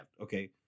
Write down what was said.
okay